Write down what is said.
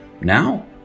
Now